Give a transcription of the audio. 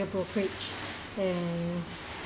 the brokerage and